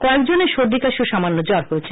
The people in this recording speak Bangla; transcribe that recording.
কয়েকজনের সর্দিকাশি ও সামান্য জ্বর রয়েছে